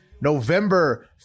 November